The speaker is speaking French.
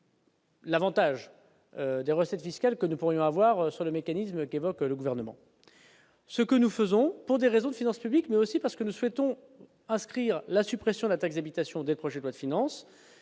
L'Avantage des recettes fiscales que nous pourrions avoir sur le mécanisme qui évoque le gouvernement, ce que nous faisons pour des raisons de finances publiques, mais aussi parce que nous souhaitons inscrire la suppression de la taxe d'habitation des projets Pas de finances